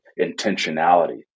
intentionality